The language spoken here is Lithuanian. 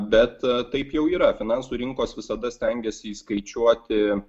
bet taip jau yra finansų rinkos visada stengiasi įskaičiuoti